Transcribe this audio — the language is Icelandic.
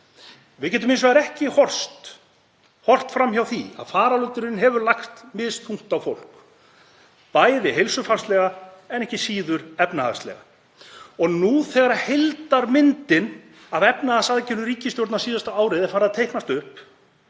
Við getum hins vegar ekki horft fram hjá því að faraldurinn hefur lagst misþungt á fólk, bæði heilsufarslega en ekki síður efnahagslega. Og nú þegar heildarmyndin af efnahagsaðgerðum ríkisstjórnarinnar síðasta árið er farin að teiknast upp